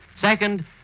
Second